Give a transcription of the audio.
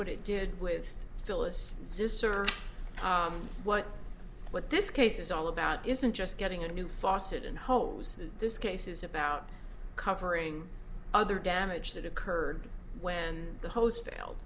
what it did with phyllis sr what what this case is all about isn't just getting a new faucet and hose this case is about covering other damage that occurred when the hose faile